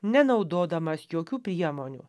nenaudodamas jokių priemonių